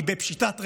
היא בפשיטת רגל,